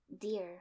Dear